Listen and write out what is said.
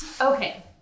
Okay